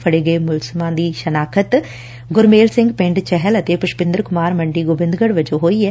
ਫੜੇ ਗਏ ਮੁਲਜਮਾਂ ਦੀ ਸ਼ਨਾਖਤ ਗੁਰਮੇਲ ਸਿੰਘ ਪਿੰਡ ਚਹਿਲ ਅਤੇ ਪੁਸ਼ਪਿੰਦਰ ਕੁਮਾਰ ਮੰਡੀ ਗੋਬਿੰਦਗੜ ਵਜੋਂ ਹੋਈ ਏ